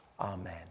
Amen